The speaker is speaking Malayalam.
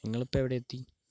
നിങ്ങളിപ്പോൾ എവിടെയെത്തി